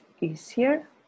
easier